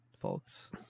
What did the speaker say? folks